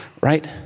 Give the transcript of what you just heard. right